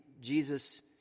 Jesus